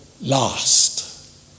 last